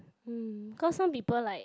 hmm because some people like